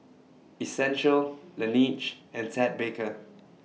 Essential Laneige and Ted Baker